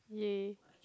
!yay!